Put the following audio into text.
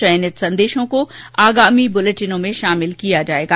चयनित संदेशों को आगामी बुलेटिनों में शामिल किया जाएगा